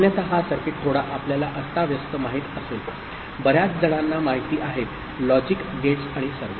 अन्यथा हा सर्किट थोडा आपल्याला अस्ताव्यस्त माहित असेल बर्याच जणांना माहिती आहे लॉजिक गेट्स आणि सर्व